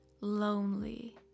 lonely